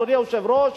אדוני היושב-ראש,